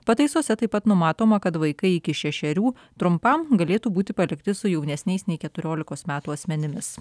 pataisose taip pat numatoma kad vaikai iki šešerių trumpam galėtų būti palikti su jaunesniais nei keturiolikos metų asmenimis